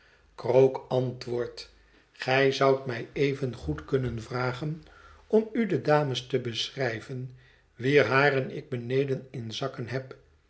krook antwoordt gij zoudt mij evengoed kunnen vragen om u de dames te beschrijven wier haren ik beneden in zakken heb